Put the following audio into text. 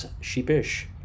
sheepish